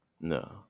No